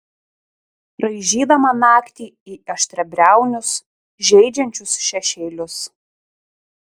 raižydama naktį į aštriabriaunius žeidžiančius šešėlius